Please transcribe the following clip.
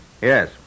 Yes